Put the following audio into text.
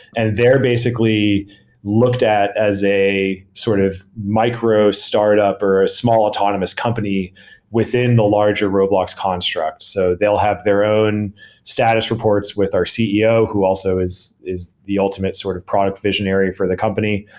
and they're basically looked at as a sort of micro startup or a small autonomous company within the larger roblox construct. so they'll have their own status reports with our ceo who also is is the ultimate sort of product visionary for the company,